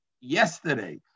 yesterday